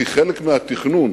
כי חלק מהתכנון,